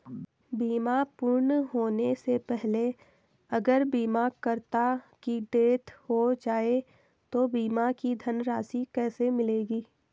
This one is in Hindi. बीमा पूर्ण होने से पहले अगर बीमा करता की डेथ हो जाए तो बीमा की धनराशि किसे मिलेगी?